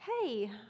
hey